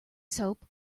soap